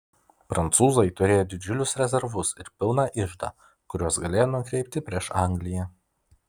prancūzai turėjo didžiulius rezervus ir pilną iždą kuriuos galėjo nukreipti prieš angliją